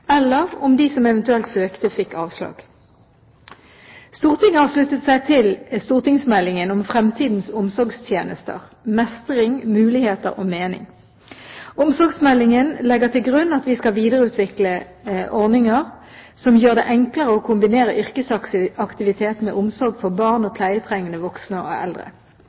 eller om de som eventuelt søkte, fikk avslag. Stortinget har sluttet seg til stortingsmeldingen om fremtidens omsorgstjenester – Mestring, muligheter og mening. Omsorgsmeldingen legger til grunn at vi skal videreutvikle ordninger som gjør det enklere å kombinere yrkesaktivitet med omsorg for barn og pleietrengende voksne og eldre.